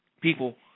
People